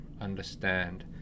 understand